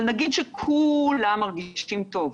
אבל נגיד שכולם מרגישים טוב,